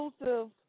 exclusive